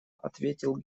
ответил